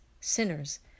sinners